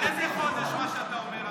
על איזה חודש מה שאתה אומר,